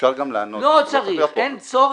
אפשר גם לענות --- לא צריך, אין צורך.